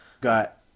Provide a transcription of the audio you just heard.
Got